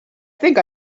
think